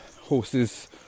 horses